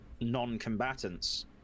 non-combatants